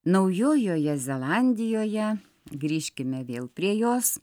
naujojoje zelandijoje grįžkime vėl prie jos